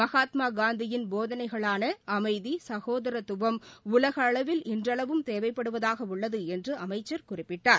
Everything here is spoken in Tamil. மகாத்மா காந்தியின் போதனைகளான அமைதி சகோதரத்துவம் உலக அளவில் இன்றளவும் தேவைப்படுவதாக உள்ளது என்று அமைச்சர் குறிப்பிட்டார்